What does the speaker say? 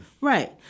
Right